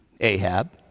Ahab